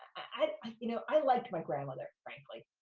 i, you know, i liked my grandmother, frankly.